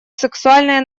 сексуальное